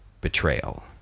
betrayal